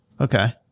okay